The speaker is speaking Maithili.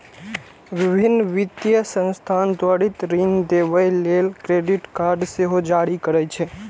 विभिन्न वित्तीय संस्थान त्वरित ऋण देबय लेल क्रेडिट कार्ड सेहो जारी करै छै